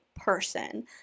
person